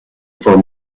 for